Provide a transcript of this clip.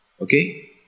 Okay